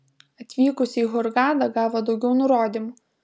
atvykus į hurgadą gavo daugiau nurodymų